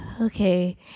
okay